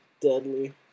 deadly